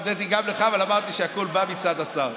הודיתי גם לך, אבל אמרתי שהכול בא מצד השר.